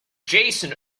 jason